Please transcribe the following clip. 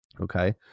okay